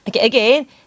again